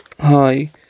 hi